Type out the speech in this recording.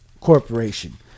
Corporation